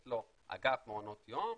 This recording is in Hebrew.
יש לו אגף מעונות יום,